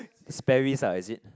Sperrys uh is it